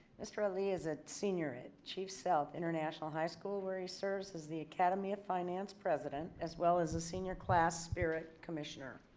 mr. ali is a senior in chief sealth international high school where he serves as the academy of finance president as well as a senior class spirit commissioner.